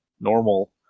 normal